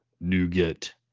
nougat